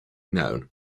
known